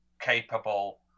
capable